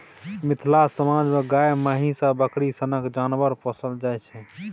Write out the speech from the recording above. मिथिला समाज मे गाए, महीष आ बकरी सनक जानबर पोसल जाइ छै